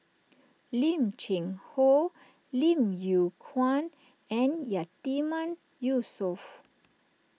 Lim Cheng Hoe Lim Yew Kuan and Yatiman Yusof